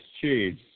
cheese